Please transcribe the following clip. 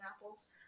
apples